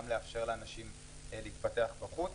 גם לאפשר לאנשים להתפתח בחוץ.